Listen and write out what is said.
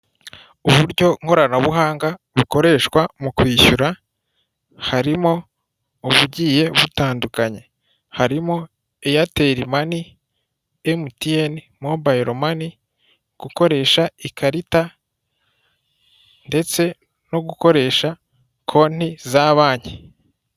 Uburyo nkoranabuhanga bukoreshwa mu kwishyura harimo ubugiye butandukanye, harimo harimo Airtel money, MTN mobile money, gukoresha ikarita ndetse no gukoresha konti za banki.